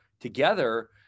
together